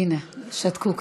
הינה, שתקו קצת.